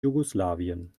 jugoslawien